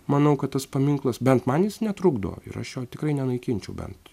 manau kad tas paminklas bent man jis netrukdo ir aš jo tikrai nenaikinčiau bent